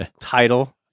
title